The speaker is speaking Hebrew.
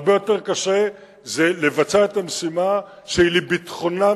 הרבה יותר קשה לבצע את המשימה שהיא לביטחונם